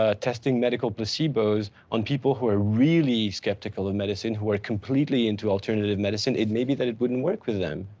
ah testing medical placebos on people who are really skeptical of medicine who are completely into alternative medicine, it may be that it wouldn't work with them.